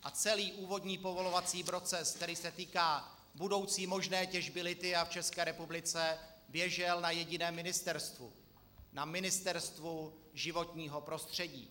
A celý úvodní povolovací proces, který se týká budoucí možné těžby lithia v České republice, běžel na jediném ministerstvu, na Ministerstvu životního prostředí.